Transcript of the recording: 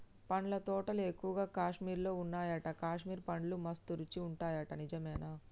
పండ్ల తోటలు ఎక్కువగా కాశ్మీర్ లో వున్నాయట, కాశ్మీర్ పండ్లు మస్త్ రుచి ఉంటాయట నిజమేనా